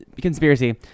conspiracy